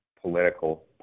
political